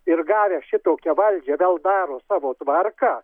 ir gavęs šitokią valdžią vėl daro savo tvarką